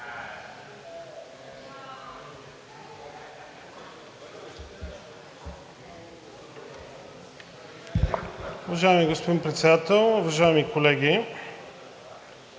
Уважаеми господин Председател, уважаеми колеги!